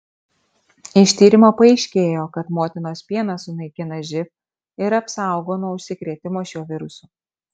iš tyrimo paaiškėjo kad motinos pienas sunaikina živ ir apsaugo nuo užsikrėtimo šiuo virusu